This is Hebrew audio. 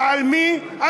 ועל מי?